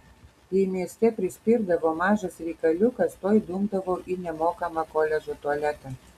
jei mieste prispirdavo mažas reikaliukas tuoj dumdavo į nemokamą koledžo tualetą